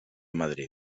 madrid